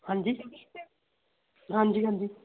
ਹਾਂਜੀ ਹਾਂਜੀ ਹਾਂਜੀ